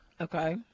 Okay